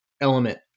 element